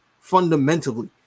fundamentally